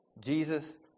Jesus